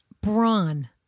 Brawn